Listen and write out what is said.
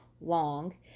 Long